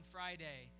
Friday